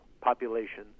population